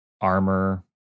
armor